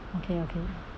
okay okay